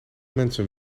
mensen